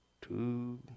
Two